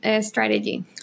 strategy